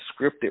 scripted